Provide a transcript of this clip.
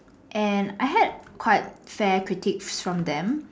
and I had quite fair critics from them